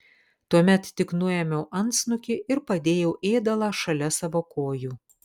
tuomet tik nuėmiau antsnukį ir padėjau ėdalą šalia savo kojų